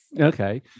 Okay